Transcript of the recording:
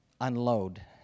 unload